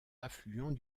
affluent